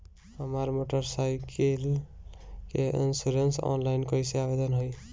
हमार motorcycle के इन्शुरन्सऑनलाइन कईसे आवेदन होई?